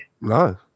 no